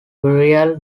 burial